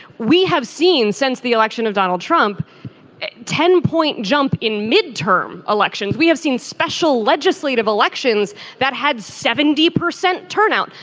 we have seen since the election of donald trump a ten point jump in midterm elections. we have seen special legislative elections that had seventy percent turnout.